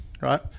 right